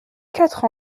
quatre